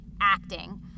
acting